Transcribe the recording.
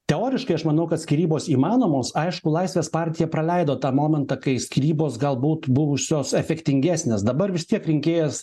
teoriškai aš manau kad skyrybos įmanomos aišku laisvės partija praleido tą momentą kai skyrybos gal būt buvusios efektingesnės dabar vis tiek rinkėjas